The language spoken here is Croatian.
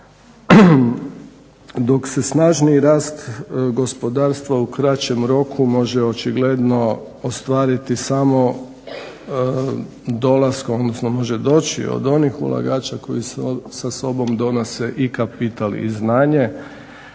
Dok se snažniji rast gospodarstva u krećem roku može očigledno ostvariti samo dolaskom, odnosno može doći od onih ulagača koji sa sobom donose i kapital i znanje,